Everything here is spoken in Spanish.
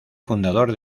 fundador